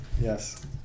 Yes